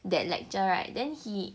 that lecture [right] then he